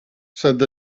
said